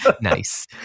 Nice